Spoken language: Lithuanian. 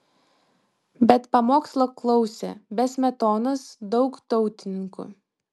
bet pamokslo klausė be smetonos daug tautininkų